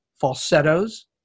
Falsettos